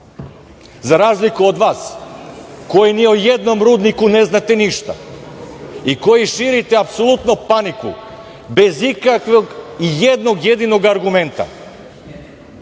za razliku od vas koji ni o jednom rudniku ne znate ništa i koji širite apsolutnu paniku, bez ikakvog jednog jedinog argumenta,